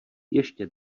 ještě